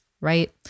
right